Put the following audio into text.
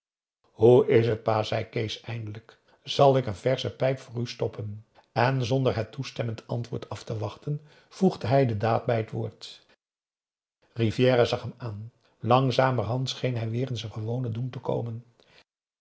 hoe is het pa zei kees eindelijk zal ik een versche pijp voor u stoppen en zonder het toestemmend antwoord af te wachten voegde hij de daad bij het woord rivière zag hem aan langzamerhand scheen hij weêr in zijn gewonen doen te komen